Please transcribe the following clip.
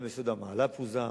גם יסוד-המעלה פוזר